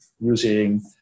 using